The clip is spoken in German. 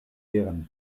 deren